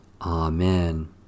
Amen